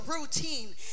routine